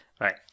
Right